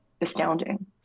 astounding